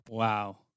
Wow